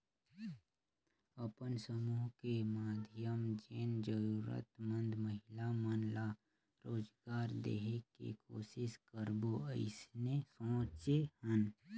अपन समुह के माधियम जेन जरूरतमंद महिला मन ला रोजगार देहे के कोसिस करबो अइसने सोचे हन